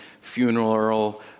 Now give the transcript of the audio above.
Funeral